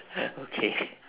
okay